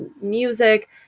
music